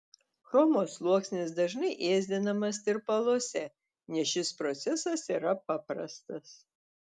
chromo sluoksnis dažnai ėsdinamas tirpaluose nes šis procesas yra paprastas